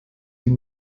die